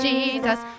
Jesus